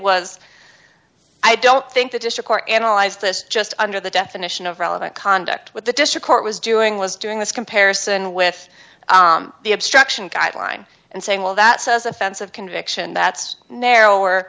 was i don't think the district or analyze this just under the definition of relevant conduct what the district court was doing was doing this comparison with the obstruction guideline and saying well that says offensive conviction that's narrower